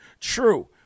True